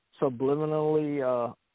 subliminally